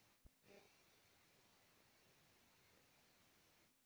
लौंग एक ठे मसाला होला